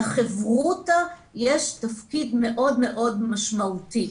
לחברותא יש תפקיד מאוד משמעותי.